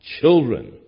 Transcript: children